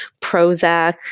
Prozac